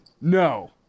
No